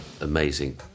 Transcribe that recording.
amazing